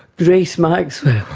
grace maxwell